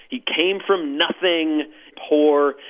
he came from nothing poor.